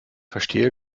verstehe